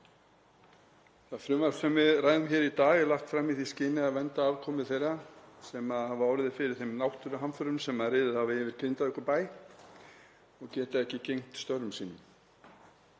Það frumvarp sem við ræðum hér í dag er lagt fram í því skyni að vernda afkomu þeirra sem hafa orðið fyrir þeim náttúruhamförum sem riðið hafa yfir Grindavíkurbæ og geta ekki gegnt störfum sínum.